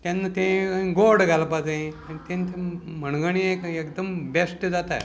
तेन्ना तें गोड घालपा जाय तें म्हणगणी एकदम बेश्ट जाता